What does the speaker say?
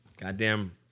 goddamn